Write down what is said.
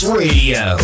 radio